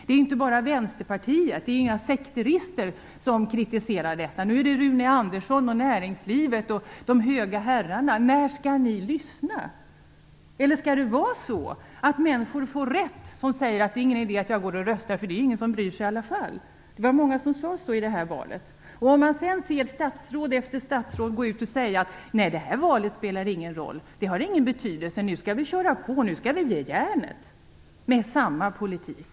Det är inte bara Vänsterpartiet, det är inga sekterister, som kritiserar detta. Nu är det Rune Andersson, näringslivet och de höga herrarna. När skall ni lyssna, Ingvar Carlsson? Skall det vara så att de människor får rätt som säger att det inte är någon idé att gå och rösta, för det är ingen som bryr sig i alla fall. Det var många som sade så i det här valet. Sedan ser man statsråd efter statsråd gå ut och säga att det här valet inte spelade någon roll. Det hade ingen betydelse. Nu skall vi köra på. Nu skall vi ge järnet med samma politik.